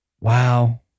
Wow